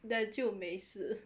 then 就没事